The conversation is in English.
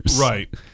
Right